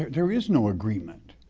there is no agreement.